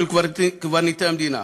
של קברניטי המדינה,